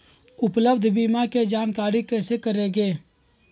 उपलब्ध बीमा के जानकारी कैसे करेगे?